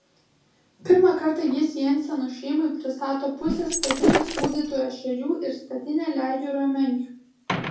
pirmą kartą jis jensenų šeimai pristato pusę statinės sūdytų ešerių ir statinę ledjūrio menkių